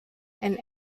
and